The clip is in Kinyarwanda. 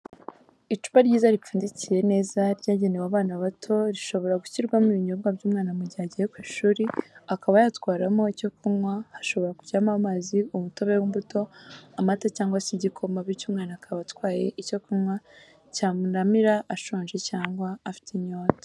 Icupa ryiza ripfundikiye neza ryagenewe abana bato rishobora gushyirwamo ibinyobwa by'umwana mu gihe agiye ku ishuri, akaba yatwaramo icyo kunywa. Hashobora kujyamo amazi, umutobe w'imbuto, amata cyangwa se igikoma, bityo umwana akaba atwaye icyo kunywa cyamuramira ashonje cyangwa afite inyota.